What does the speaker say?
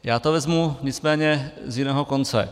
Já to vezmu nicméně z jiného konce.